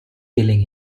killing